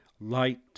Light